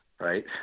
right